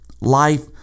life